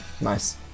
nice